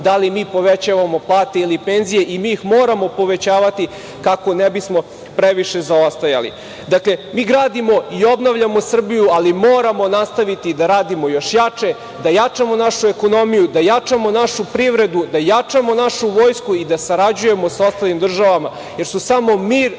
da li mi povećavamo plate ili penzije i mi ih moramo povećavati kako ne bismo previše zaostajali. Mi gradimo i obnavljamo Srbiju, ali moramo nastaviti da radimo još jače, da jačamo našu ekonomiju, da jačamo našu privredu, da jačamo našu Vojsku i da sarađujemo sa ostalim državama, jer su samo mir,